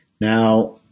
Now